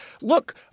look